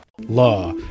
Law